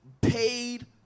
paid